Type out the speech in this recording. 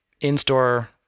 in-store